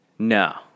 No